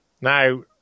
Now